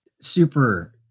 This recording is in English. Super